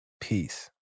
Peace